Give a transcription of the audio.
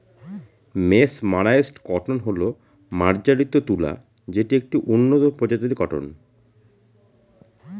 mesmerised cotton হল মার্জারিত তুলা যেটা একটি উন্নত প্রজাতির কটন